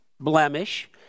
blemish